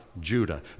Judah